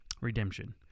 redemption